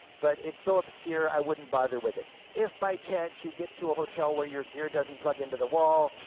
but it's so obscure i wouldn't bother with it. if, by chance, you get to a hotel where your gear doesn't plug into the wall,